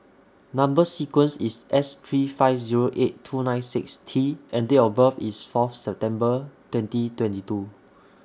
Number sequence IS S three five Zero eight two nine six T and Date of birth IS Fourth September twenty twenty two